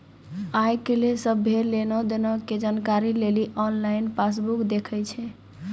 आइ काल्हि सभ्भे लेन देनो के जानकारी लेली आनलाइन पासबुक देखै छै